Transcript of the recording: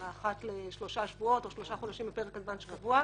אלא אחת לשלושה שבועות או שלושה חודשים בפרק הזמן שקבוע.